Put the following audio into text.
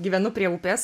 gyvenu prie upės